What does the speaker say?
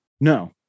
No